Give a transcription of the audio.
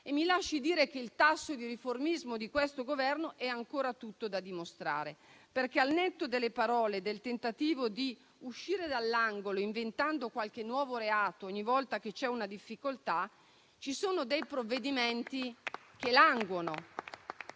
Presidente, che il tasso di riformismo di questo Governo è ancora tutto da dimostrare, perché, al netto delle parole e del tentativo di uscire dall'angolo inventando qualche nuovo reato ogni volta che c'è una difficoltà, ci sono provvedimenti che languono.